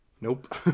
Nope